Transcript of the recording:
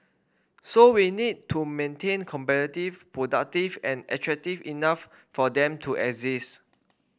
so we need to maintain competitive productive and attractive enough for them to exist